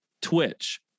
Twitch